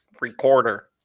recorder